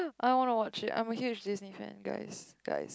I wanna watch it I'm a huge Disney fan guys guys